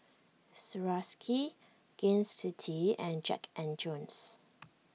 Swarovski Gain City and Jack and Jones